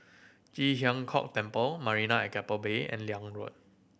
Ji Huang Kok Temple Marina at Keppel Bay and Liane Road